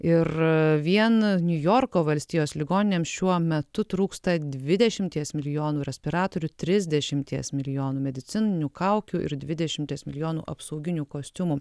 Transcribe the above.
ir vien niujorko valstijos ligoninėms šiuo metu trūksta dvidešimties milijonų respiratorių trisdešimties milijonų medicininių kaukių ir dvidešimties milijonų apsauginių kostiumų